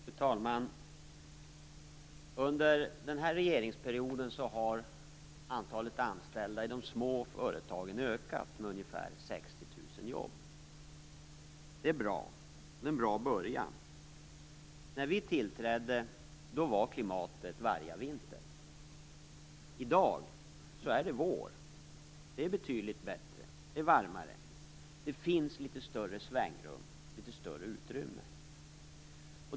Fru talman! Under den här regeringsperioden har antalet anställda i de små företagen ökat med ungefär 60 000. Det är en bra början. När vi tillträdde var klimatet vargavinter. I dag är det vår. Det är betydligt bättre. Det är varmare. Det finns litet större svängrum och litet större utrymme.